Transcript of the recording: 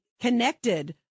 connected